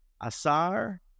asar